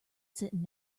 sitting